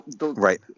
Right